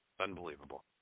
Unbelievable